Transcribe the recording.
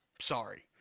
Sorry